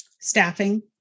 staffing